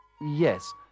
Yes